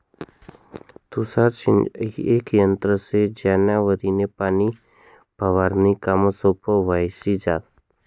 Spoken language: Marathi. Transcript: तुषार सिंचन येक यंत्र शे ज्यानावरी पाणी फवारनीनं काम सोपं व्हयी जास